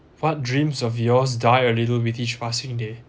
what dreams of yours died a little with each passing day